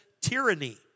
tyranny